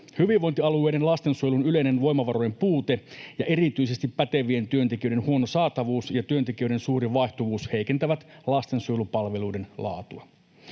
”Hyvinvointialueiden lastensuojelun yleinen voimavarojen puute ja erityisesti pätevien työntekijöiden huono saatavuus ja työntekijöiden suuri vaihtuvuus heikentävät lastensuojelupalveluiden laatua.